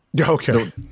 Okay